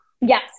Yes